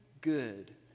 good